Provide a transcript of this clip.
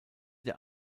der